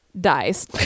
dies